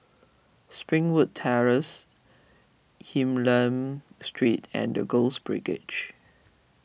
Springwood Terrace Hylam Street and the Girls Brigade